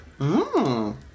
Mmm